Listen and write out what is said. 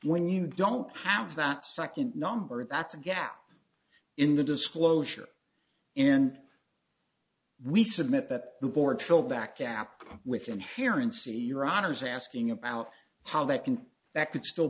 when you don't have that second number that's a gap in the disclosure and we submit that the board fill that gap with inherent see your honour's asking about how that can that could still